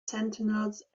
sentinels